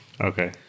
Okay